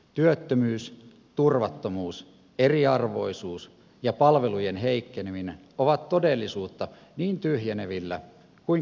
työttömyys turvattomuus eriarvoisuus ja palvelujen heikkeneminen ovat todellisuutta niin tyhjenevillä kuin kasvavilla seuduilla